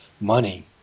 money